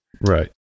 right